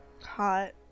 Hot